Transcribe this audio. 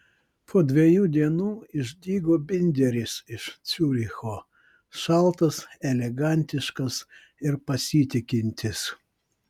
po dviejų dienų išdygo binderis iš ciuricho šaltas elegantiškas ir pasitikintis